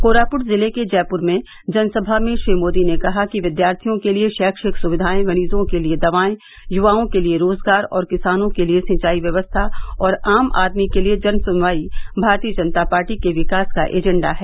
कोरापुट जिले के जैपुर में जनसभा में श्री मोदी ने कहा कि विद्यार्थियों के लिए शैक्षिक सुविधाएं मरीजों के लिए दवाएं युवाओं के लिए रोजगार और किसानों के लिए सिंचाई व्यवस्था और आम आदमी के लिए जन सुनवाई भारतीय जनता पार्टी के विकास का एजेंडा है